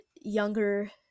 younger